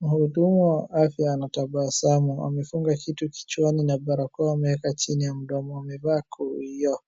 Mhudumu wa afya anatabasamu amefunga kitu kichwani na barakoa ameeka chini ya mdomo. Amavaa hiyo,